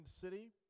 city